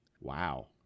Wow